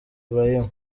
ibrahim